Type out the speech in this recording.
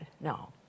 No